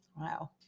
Wow